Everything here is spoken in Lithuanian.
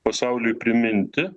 pasauliui priminti